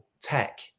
tech